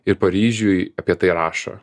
ir paryžiuj apie tai rašo